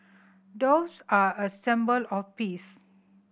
doves are a symbol of peace